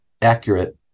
accurate